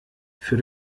für